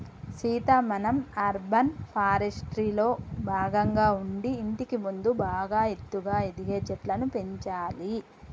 సీత మనం అర్బన్ ఫారెస్ట్రీలో భాగంగా ఉండి ఇంటికి ముందు బాగా ఎత్తుగా ఎదిగే చెట్లను పెంచాలి